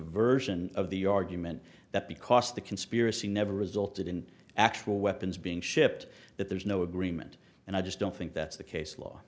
version of the argument that because the conspiracy never resulted in actual weapons being shipped that there's no agreement and i just don't think that's the case law